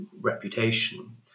reputation